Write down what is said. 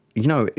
you know,